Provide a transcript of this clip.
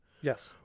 Yes